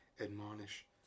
admonish